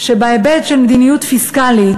שבהיבט של מדיניות פיסקלית,